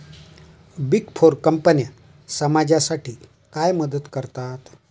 Big four कंपन्या समाजासाठी काय मदत करतात?